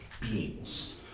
beings